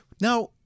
Now